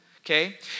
okay